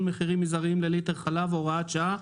מחירים מזעריים של ליטר חלב) (הוראת שעה),